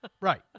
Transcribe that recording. Right